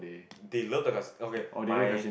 they love the cas~ okay my